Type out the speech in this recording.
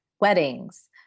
weddings